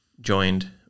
joined